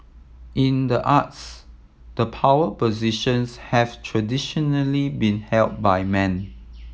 in the arts the power positions have traditionally been held by men